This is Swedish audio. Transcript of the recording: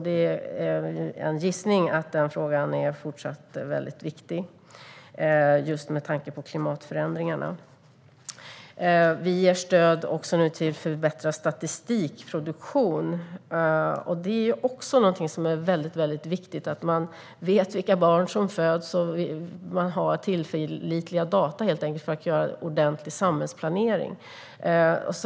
Det är en gissning att de frågorna fortsatt är väldigt viktiga just med tanke på klimatförändringarna. Vi ger nu också stöd till förbättrad statistikproduktion. Det är väldigt viktigt att man vet vilka barn som föds och att man helt enkelt har tillförlitliga data så att man kan göra en ordentlig samhällsplanering.